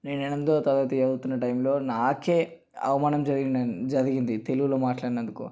నేను ఎనిమిదో తరగతి చదువుతున్న టైమ్లో నాకే అవమానం జరిగిందని జరిగింది తెలుగులో మాట్లాడినందుకు